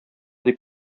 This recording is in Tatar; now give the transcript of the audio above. дип